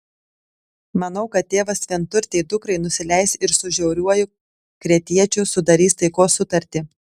manau kad tėvas vienturtei dukrai nusileis ir su žiauriuoju kretiečiu sudarys taikos sutartį